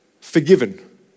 forgiven